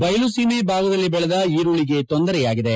ಬಯಲುಳೀಮ ಭಾಗದಲ್ಲಿ ಬೆಳೆದ ಈರಳಿಗೆ ತೊಂದರೆಯಾಗಿದೆ